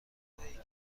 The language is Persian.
بدهید